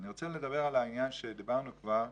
אני רוצה לדבר על מה שדיברנו כבר,